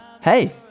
Hey